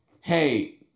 hey